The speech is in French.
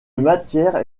matière